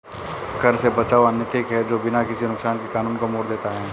कर से बचाव अनैतिक है जो बिना किसी नुकसान के कानून को मोड़ देता है